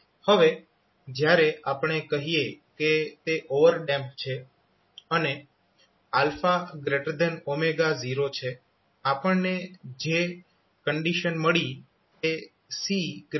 હવે જ્યારે આપણે કહીએ કે તે ઓવરડેમ્પ્ડ છે અને 0 છે આપણને જે કંડીશન મળી તે C4LR2 છે